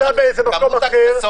שנמצא במקום אחר